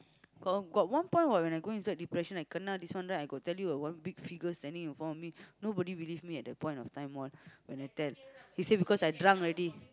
got got one point what when I go inside depression I kena this one right I got tell you ah got one big figure standing in front of me nobody believe me at the point of time one when I tell he say because I drunk already